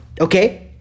okay